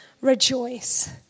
rejoice